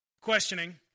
questioning